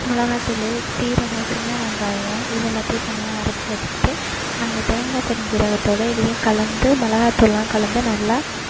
மிளகா தூள் சீரகம் சின்ன வெங்காயம் இது எல்லாத்தையும் தனியாக அரைச்சு வச்சிக்கிட்டு அந்த தேங்காய் பெருஞ்சீரகத்தோடய இதையும் கலந்து மிளகாய் தூள்லாம் கலந்து நல்லா